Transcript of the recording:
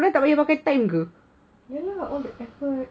yes lah all the effort